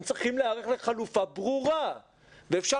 הם צריכים להיערך לחלופה ברורה ואפשר